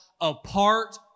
apart